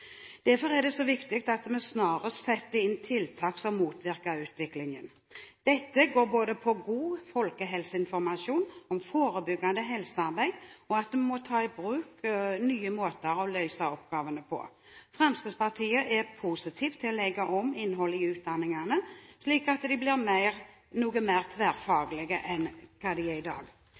Derfor er det så viktig at vi snarest setter inn tiltak som motvirker utviklingen. Dette går på både god folkehelseinformasjon om forebyggende helsearbeid og at vi må ta i bruk nye måter å løse oppgavene på. Fremskrittspartiet er positiv til å legge om innholdet i utdanningene, slik at de blir noe mer tverrfaglige enn de er i dag.